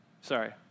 Sorry